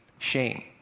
shame